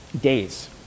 days